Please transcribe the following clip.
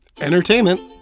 entertainment